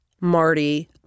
Marty